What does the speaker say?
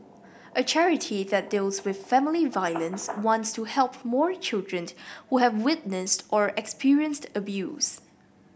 a charity that deals with family violence wants to help more children who have witnessed or experienced abuse